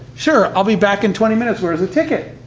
sure, i'll be back in twenty minutes, where is the ticket?